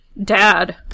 Dad